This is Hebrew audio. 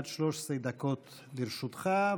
עד 13 דקות לרשותך,